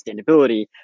sustainability